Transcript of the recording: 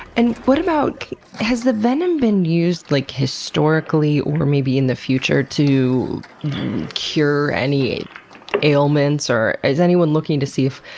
and but has the venom been used, like, historically, or maybe in the future, to cure any ailments? or is anyone looking to see if,